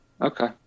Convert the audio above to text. Okay